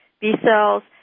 B-cells